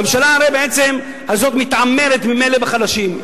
הממשלה הזאת הרי בעצם מתעמרת ממילא בחלשים,